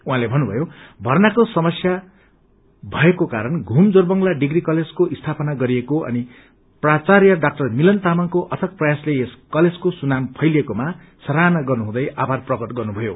उहाँले भन्नुभयो भन्नको समस्य भएको कारण घूम जोरबंगला डिग्री कलेजको स्थापना गरिएको अनि प्राच्यय डाक्अर मिलन तामंगको अथक प्रयासले यस कलेजको सुनाम फैलिएकोमा सराहना गर्नहुँदै आभार प्रकट गर्नुभयो